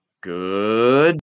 good